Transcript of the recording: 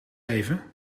even